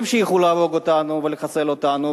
ימשיכו להרוג אותנו ולחסל אותנו,